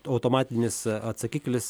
automatinis atsakiklis